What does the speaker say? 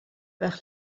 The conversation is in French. par